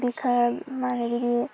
बिखौ मारै बिदि